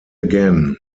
again